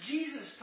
Jesus